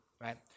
right